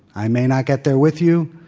i may not get there with you,